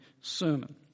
sermon